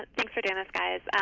thanks for doing this, guys.